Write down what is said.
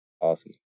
Awesome